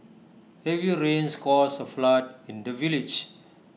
heavy rains caused A flood in the village